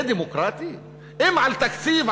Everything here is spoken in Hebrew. זה דמוקרטי אם על תקציב,